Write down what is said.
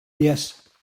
yes